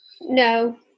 No